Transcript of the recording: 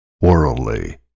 worldly